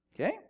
Okay